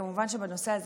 כמובן שבנושא הזה